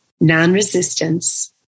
non-resistance